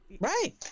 Right